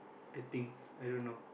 I think I don't know